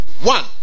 one